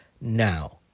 now